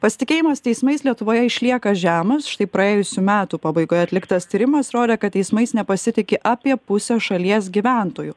pasitikėjimas teismais lietuvoje išlieka žemas štai praėjusių metų pabaigoje atliktas tyrimas rodė kad teismais nepasitiki apie pusę šalies gyventojų